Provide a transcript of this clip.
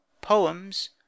Poems